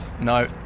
no